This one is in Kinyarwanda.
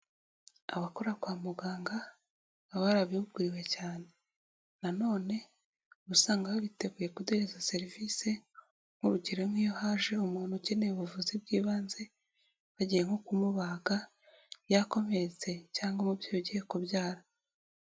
Abakora kwa muganga barabihuguriwe cyane, nanone usanga baba biteguye ku kuduhereza serivisi nk'urugero nk'iyo haje umuntu ukeneye ubuvuzi bw'ibanze bagiye nko kumubaga, yakomeretse cyangwa umubyeyi ugiye kubyara.